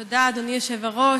תודה, אדוני היושב-ראש.